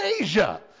Asia